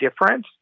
difference